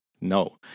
No